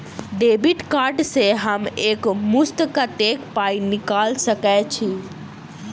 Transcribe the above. Debit card सँ हम एक मुस्त कत्तेक पाई निकाल सकय छी?